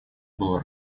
был